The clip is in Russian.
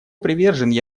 привержен